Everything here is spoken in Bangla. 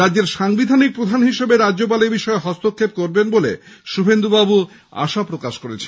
রাজ্যের সাংবিধানিক প্রধান হিসেবে রাজ্যপাল এবিষয়ে হস্তক্ষেপ করবেন বলে শুভেন্দুবাবু আশাপ্রকাশ করেছেন